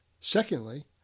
Secondly